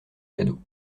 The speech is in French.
cadeau